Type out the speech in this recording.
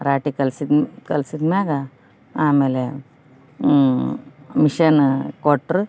ರಾಟಿ ಕಲ್ಸಿದ್ಮ್ಯಾಗ ಆಮೇಲೆ ಮಿಷನ್ ಕೊಟ್ರು